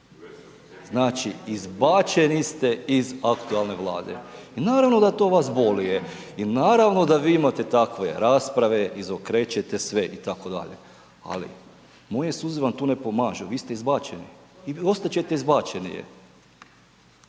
Znači izbačeni ste iz aktualne Vlade. I naravno da to vas boli i naravno da vi imate takve rasprave, izokrećete sve, ali moje suze vam tu ne pomažu. Vi ste izbačeni i ostat ćete izbačeni